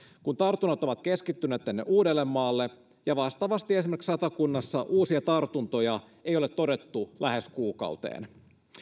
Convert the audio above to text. kun tartunnat ovat keskittyneet tänne uudellemaalle ja vastaavasti esimerkiksi satakunnassa uusia tartuntoja ei ole todettu lähes kuukauteen